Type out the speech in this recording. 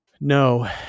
no